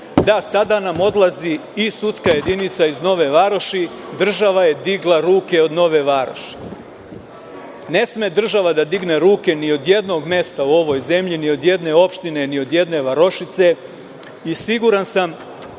da, sada nam odlazi i sudska jedinica iz Nove Varoši, država je digla ruke od Nove Varoši. Ne sme država da digne ruke ni od jednog mesta u ovoj zemlji, ni od jedne opštine, ni od jedne varošice i siguran sam